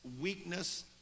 weakness